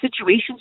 situations